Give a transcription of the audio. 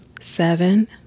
seven